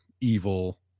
Evil